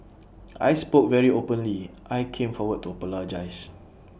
I spoke very openly I came forward to apologise